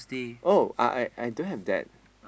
oh I I I don't have that